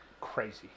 Crazy